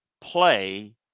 Play